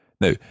Now